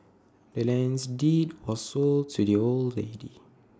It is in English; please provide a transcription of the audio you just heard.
the land's deed was sold to the old lady